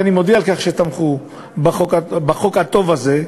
ואני מודה על כך שתמכו בחוק הטוב הזה,